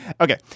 Okay